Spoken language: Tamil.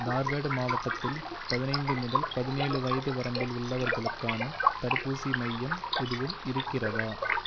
தார்வாடு மாவட்டத்தில் பதினைந்து முதல் பதினேழு வயது வரம்பில் உள்ளவர்களுக்கான தடுப்பூசி மையம் எதுவும் இருக்கிறதா